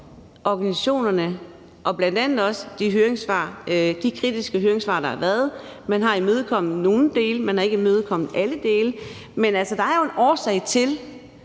organisationerne og bl.a. også de kritiske høringssvar, der har været. Man har imødekommet nogle dele; man har ikke imødekommet alle dele. Men der er jo en årsag til,